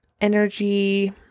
energy